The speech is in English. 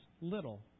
little